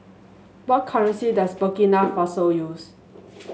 what currency does Burkina Faso use